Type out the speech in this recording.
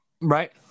Right